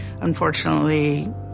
unfortunately